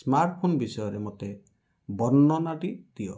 smartphone ବିଷୟରେ ମୋତେ ବର୍ଣ୍ଣନାଟି ଦିଅ